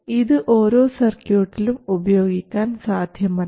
ഇത് ഓരോ സർക്യൂട്ടിലും ഉപയോഗിക്കാൻ സാധ്യമല്ല